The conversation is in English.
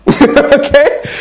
Okay